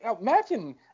Imagine